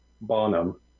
Bonham